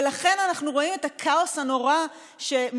ולכן אנחנו רואים את הכאוס הנורא שמתרחש